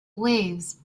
waves